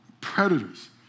predators